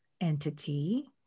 entity